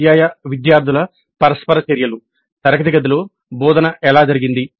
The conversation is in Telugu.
ఉపాధ్యాయ విద్యార్థుల పరస్పర చర్యలు తరగతి గదిలో బోధన ఎలా జరిగింది